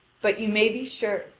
but, you may be sure,